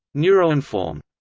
neuroinform.